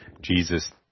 Jesus